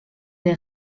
des